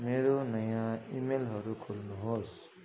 मेरो नयाँ इमेलहरू खोल्नुहोस्